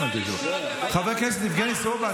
חבר הכנסת יבגני סובה,